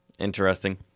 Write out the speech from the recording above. Interesting